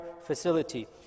facility